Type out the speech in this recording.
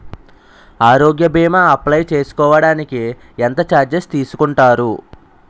ఆరోగ్య భీమా అప్లయ్ చేసుకోడానికి ఎంత చార్జెస్ తీసుకుంటారు?